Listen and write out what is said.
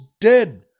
dead